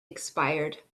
expired